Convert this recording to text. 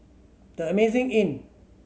The Amazing Inn